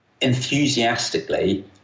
enthusiastically